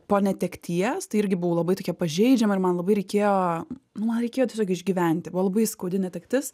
po netekties tai irgi buvau labai tokia pažeidžiama ir man labai reikėjo nu man reikėjo tiesiog išgyventi buvo labai skaudi netektis